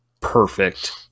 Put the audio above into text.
perfect